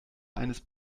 eines